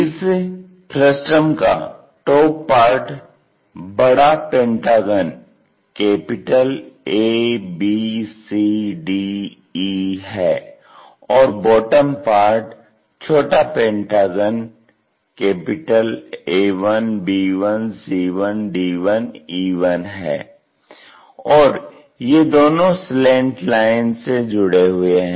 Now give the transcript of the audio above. इस फ्रस्टम का top part बड़ा पेंटागन ABCDE है और बॉटम पार्ट छोटा पेंटागन A1B1C1D1E1 है और ये दोनो स्लेंट लाइन से जुड़े हुए हैं